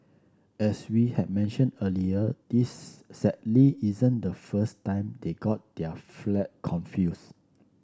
as we had mentioned earlier this sadly isn't the first time they got their flags confused